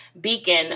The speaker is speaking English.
beacon